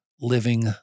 living